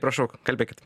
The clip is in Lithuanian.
prašau kalbėkit